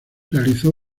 realizó